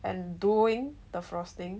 and doing the frosting